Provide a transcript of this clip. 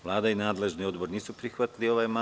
Vlada i nadležni odbor nisu prihvatili ovaj amandman.